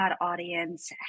audience